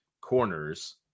corners